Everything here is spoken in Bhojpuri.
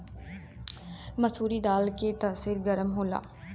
मसूरी के दाल के तासीर गरम होला